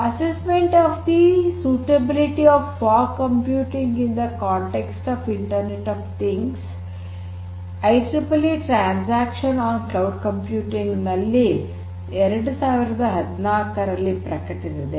assessment of the suitability of fog computing in the context of internet of things IEEE transactions on cloud computing ೨೦೧೮ ರಲ್ಲಿ ಪ್ರಕಟಿಸಿದೆ